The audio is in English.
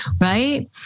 Right